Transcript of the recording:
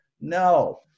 No